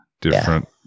different